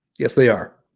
yes they are,